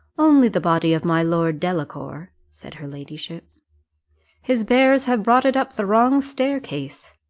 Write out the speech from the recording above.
only the body of my lord delacour, said her ladyship his bearers have brought it up the wrong staircase.